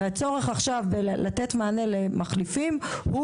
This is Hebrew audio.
הצורך לתת מענה למחליפים צף מחדש,